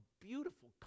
beautiful